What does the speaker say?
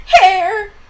Hair